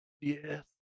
Yes